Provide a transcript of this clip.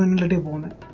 live on